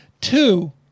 Two